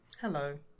hello